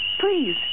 Please